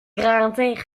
grantaire